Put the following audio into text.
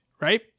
Right